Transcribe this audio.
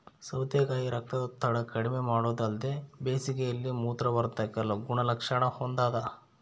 ಸೌತೆಕಾಯಿ ರಕ್ತದೊತ್ತಡ ಕಡಿಮೆಮಾಡೊದಲ್ದೆ ಬೇಸಿಗೆಯಲ್ಲಿ ಮೂತ್ರವರ್ಧಕ ಗುಣಲಕ್ಷಣ ಹೊಂದಾದ